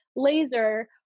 laser